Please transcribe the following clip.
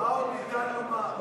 מה עוד ניתן לומר?